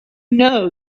know